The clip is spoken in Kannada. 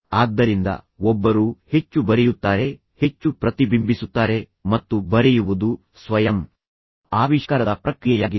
ಆದ್ದರಿಂದ ಒಬ್ಬರು ಹೆಚ್ಚು ಬರೆಯುತ್ತಾರೆ ಹೆಚ್ಚು ಪ್ರತಿಬಿಂಬಿಸುತ್ತಾರೆ ಮತ್ತು ಬರೆಯುವುದು ಸ್ವಯಂ ಆವಿಷ್ಕಾರದ ಪ್ರಕ್ರಿಯೆಯಾಗಿದೆ